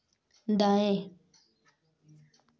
दाएँ